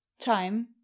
time